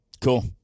Cool